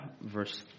verse